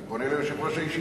אני פונה אל יושב-ראש הישיבה.